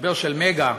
משבר "מגה".